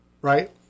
Right